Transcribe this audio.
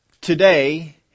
Today